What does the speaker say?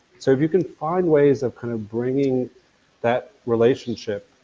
so if you can find ways of kind of bringing that relationship.